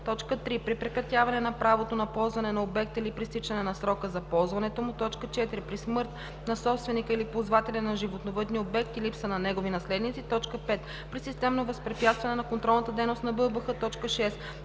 – 6: „3. при прекратяване на правото на ползване на обекта или при изтичане на срока за ползването му; 4. при смърт на собственика или ползвателя на животновъдния обект и липса на негови наследници; 5. при системно възпрепятстване на контролната дейност на БАБХ; 6.